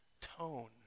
tone